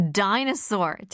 dinosaur